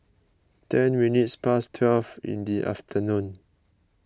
ten minutes past twelve in the afternoon